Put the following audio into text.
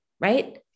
right